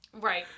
Right